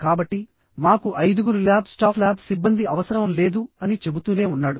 కాబట్టి మాకు ఐదుగురు ల్యాబ్ స్టాఫ్ ల్యాబ్ సిబ్బంది అవసరం లేదు అని చెబుతూనే ఉన్నాడు